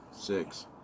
six